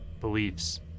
beliefs